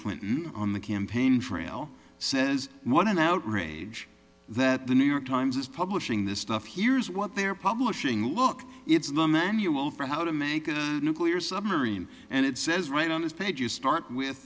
clinton on the campaign trail says what an outrage that the new york times is publishing this stuff heres what they are publishing look it's in the manual for how to make a nuclear submarine and it says right on this page you start with